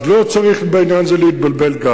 אז לא צריך בעניין הזה להתבלבל גם.